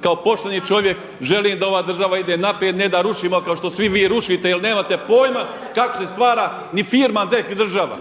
kao pošteni čovjek. Želim da ova država ide naprijed, ne da rušimo kao što svi vi rušite, jer nemate pojma kako se stvara ni firma, a ne i država.